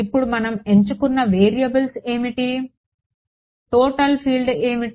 ఇప్పుడు మనం ఎంచుకున్న వేరియబుల్స్ ఏమిటి టోటల్ ఫీల్డ్ ఏమిటి